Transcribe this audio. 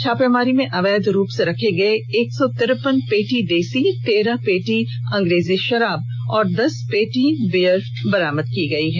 छापेमारी में अवैध रूप से रखे गए एक सौ तिरपन पेटी देसी तेरह पेटी अंग्रेजी शराब और दस पेटी बियर बरामद की गयी है